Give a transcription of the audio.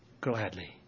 gladly